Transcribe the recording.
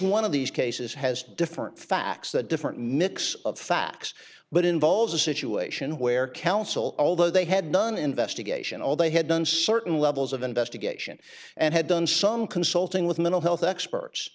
one of these cases has different facts that different mix of facts but involves a situation where counsel although they had none investigation all they had done certain levels of investigation and had done some consulting with mental health experts